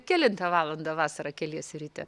kelintą valandą vasarą keliesi ryte